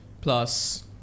Plus